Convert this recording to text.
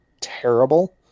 terrible